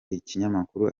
ikinyamakuru